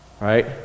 Right